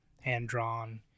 hand-drawn